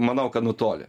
manau kad nutolę